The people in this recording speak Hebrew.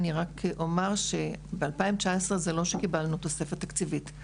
אני רק אומר שב-2019 זה לא שקיבלנו תוספת תקציבית.